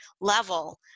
level